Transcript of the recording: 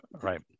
right